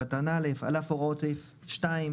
3/א'.על אף הוראות סעיף 2,